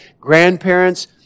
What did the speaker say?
grandparents